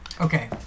Okay